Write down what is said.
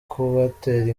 kubatera